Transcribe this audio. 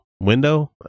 Window